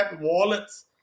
wallets